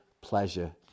pleasure